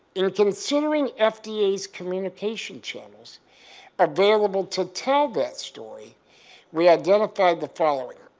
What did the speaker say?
in considering fda's communication channels available to tell that story we identified the following.